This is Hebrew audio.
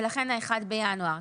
ולכן ה-1 בינואר.